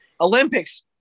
Olympics